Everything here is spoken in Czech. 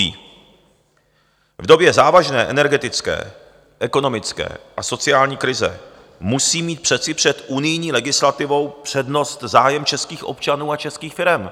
V době závažné energetické, ekonomické a sociální krize musí mít přece před unijní legislativou přednost zájem českých občanů a českých firem.